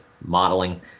modeling